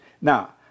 Now